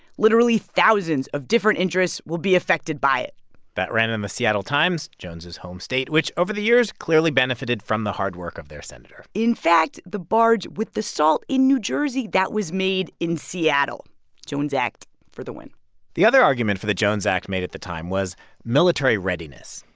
literally thousands of different interests will be affected by it that ran in in the seattle times, jones' home state, which, over the years, clearly benefited from the hard work of their senator in fact, the barge with the salt in new jersey, that was made in seattle jones act for the win the other argument for the jones act made at the time was military readiness.